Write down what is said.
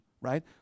right